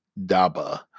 Daba